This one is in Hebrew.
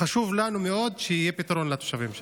חשוב לנו מאוד שיהיה פתרון לתושבים שם.